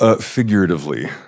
figuratively